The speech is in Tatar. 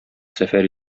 сәфәр